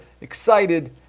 excited